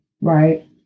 right